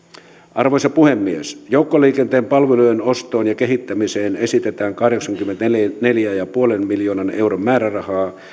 arvoisa puhemies joukkoliikenteen palvelujen ostoon ja kehittämiseen esitetään kahdeksankymmenenneljän pilkku viiden miljoonan euron määrärahaa